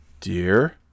Dear